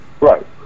Right